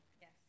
Yes